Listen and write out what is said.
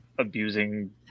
abusing